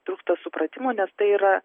trūksta supratimo nes tai yra